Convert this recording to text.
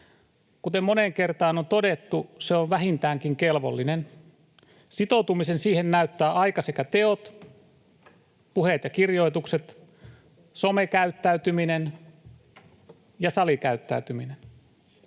Kuten moneen kertaan on todettu, se on vähintäänkin kelvollinen. Sitoutumisen siihen näyttää aika sekä teot, puheet ja kirjoitukset, somekäyttäytyminen ja salikäyttäytyminen.